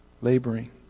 laboring